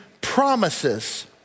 promises